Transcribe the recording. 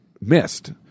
missed